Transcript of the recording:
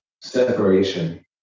separation